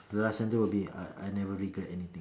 the last sentence will be I I never regret anything